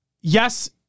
Yes